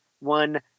one